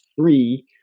three